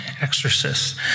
exorcists